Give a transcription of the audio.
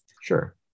Sure